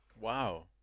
Wow